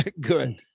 good